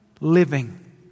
living